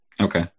Okay